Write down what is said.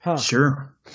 sure